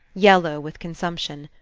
yellow with consumption.